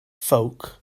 ffowc